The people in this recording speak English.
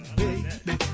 baby